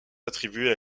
attribuée